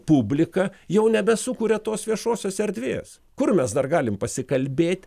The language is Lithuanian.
publika jau nebesukuria tos viešosios erdvės kur mes dar galim pasikalbėt